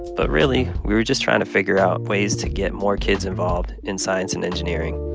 but, really, we were just trying to figure out ways to get more kids involved in science and engineering.